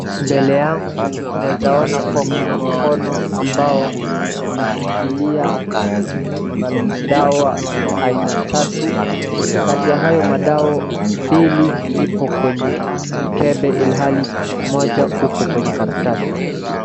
Mbele yangu naeza ona kuwa kuna mkono ambao unashikilia dawa aina tatu. Kati ya hao madawa mbili ipo kwenye mkembe ilhali moja upo kwenye karatasi.